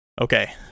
Okay